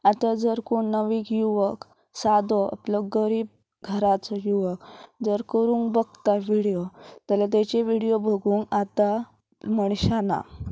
आतां जर कोण नवीन युवक सादो आपलो गरीब घराचो युवक जर करूंक बगता विडियो जाल्यार तेची विडियो बगूंक आतां मनशां ना